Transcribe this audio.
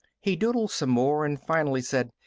he doodled some more and finally said,